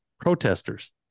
Protesters